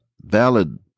valid